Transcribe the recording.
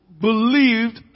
Believed